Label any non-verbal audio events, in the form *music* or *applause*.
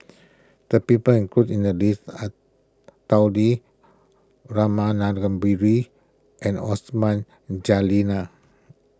the people included in the list are Tao Li Rama Kannabiran and Osman *unintelligible*